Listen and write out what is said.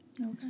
Okay